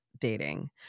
Dating